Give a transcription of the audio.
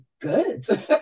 good